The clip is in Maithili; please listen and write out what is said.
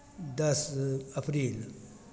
दस अप्रिल